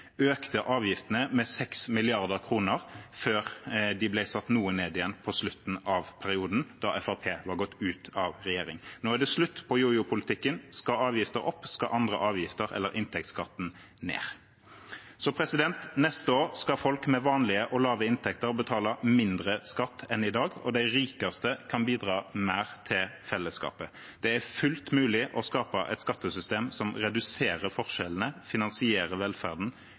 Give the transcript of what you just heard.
økte avgiftene med 6 mrd. kr før de ble satt noe ned på slutten av perioden, da Fremskrittspartiet hadde gått ut av regjering. Nå er det slutt på jojo-politikken. Skal avgifter opp, skal andre avgifter eller inntektsskatten ned. Neste år skal folk med vanlige og lave inntekter betale mindre skatt enn i dag, og de rikeste kan bidra mer til fellesskapet. Det er fullt mulig å skape et skattesystem som reduserer forskjellene, finansierer velferden,